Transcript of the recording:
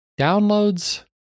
Downloads